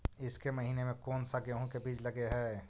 ईसके महीने मे कोन सा गेहूं के बीज लगे है?